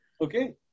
Okay